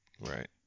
right